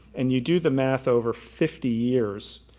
and you do the math over fifty years,